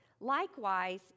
Likewise